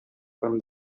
from